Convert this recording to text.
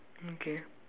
mm K